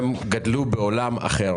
הם גדלו בעולם אחר